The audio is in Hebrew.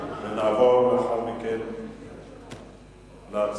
ונעבור לאחר מכן להצבעה.